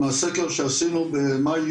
מהסקר שעשינו במאי,